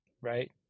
right